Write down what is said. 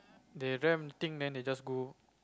they ram thing then they just go